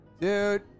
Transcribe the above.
dude